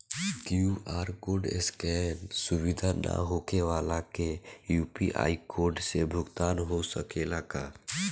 QR code scan सुविधा ना होखे वाला के यू.पी.आई कोड से भुगतान हो सकेला का?